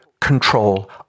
control